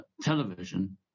television